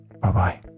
Bye-bye